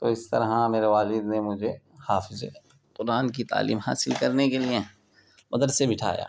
تو اس طرح میرے والد نے مجھے حافظ قرآن کی تعلیم حاصل کرنے کے لیے مدرسے بٹھایا